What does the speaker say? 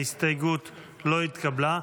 ההסתייגות לא התקבלה.